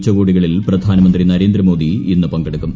ഉച്ചകോടികളിൽ പ്രധാനമന്ത്രി നരേന്ദ്രമോദി ഇന്ന് പങ്കെടുക്കും